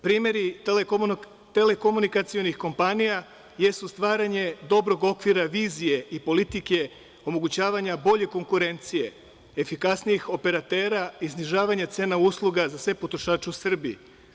Primeri telekomunikacionih kompanija jesu stvaranje dobrog okvira vizije i politike omogućavanja bolje konkurencije, efikasnijih operatera i snižavanje cena usluga za sve potrošače u Srbiji.